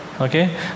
Okay